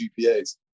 GPAs